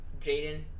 Jaden